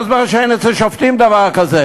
כל זמן שאין אצל שופטים דבר כזה?